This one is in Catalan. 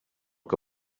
que